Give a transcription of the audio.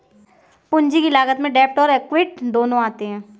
पूंजी की लागत में डेब्ट और एक्विट दोनों आते हैं